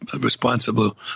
responsible